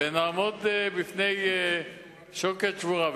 ונעמוד בפני שוקת שבורה.